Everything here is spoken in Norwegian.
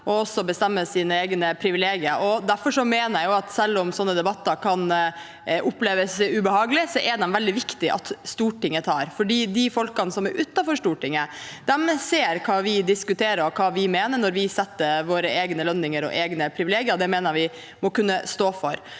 å bestemme sine egne privilegier. Derfor mener jeg at selv om sånne debatter kan oppleves ubehagelige, er det veldig viktig at Stortinget tar dem, for de folkene som er utenfor Stortinget, ser hva vi diskuterer, og hva vi mener når vi setter våre egne lønninger og bestemmer våre egne privilegier. Det mener jeg at vi må kunne stå for.